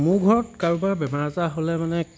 মোৰ ঘৰত কাৰোবাৰ বেমাৰ আজাৰ হ'লে মানে